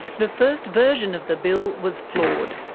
the first version of the bill was flawed.